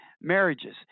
marriages